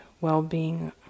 well-being